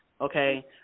Okay